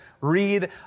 read